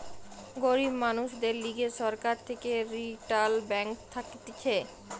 গরিব মানুষদের লিগে সরকার থেকে রিইটাল ব্যাঙ্ক থাকতিছে